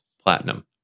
platinum